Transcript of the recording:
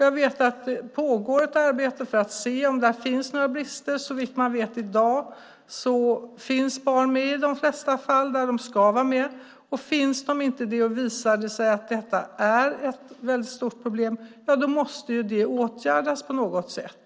Jag vet att det pågår ett arbete för att se om det finns några brister. Såvitt man vet i dag finns barn med i de flesta fall där de ska vara med. Finns de inte och det visar sig att detta är ett väldigt stort problem måste det åtgärdas på något sätt.